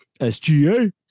SGA